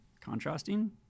contrasting